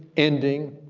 ending,